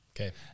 Okay